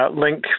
link